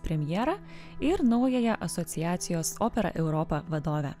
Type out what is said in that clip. premjerą ir naująją asociacijos opera europa vadovę